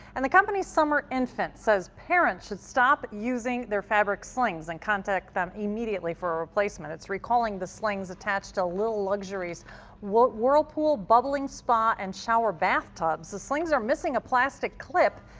and the company summer infant says parents should stop using their fabric slings and contact them immediately for a replacement. it's recalling the slings attached to lil' luxurie whirlpool, bubbling spa, and shower bath tubs. the slings are missing a plastic clip.